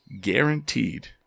guaranteed